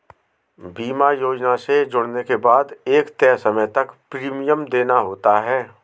बीमा योजना से जुड़ने के बाद एक तय समय तक प्रीमियम देना होता है